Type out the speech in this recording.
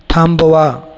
थांबवा